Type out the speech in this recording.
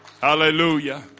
Hallelujah